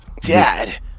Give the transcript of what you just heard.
dad